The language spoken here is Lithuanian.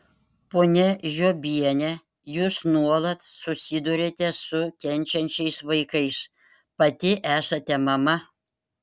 ponia žiobiene jūs nuolat susiduriate su kenčiančiais vaikais pati esate mama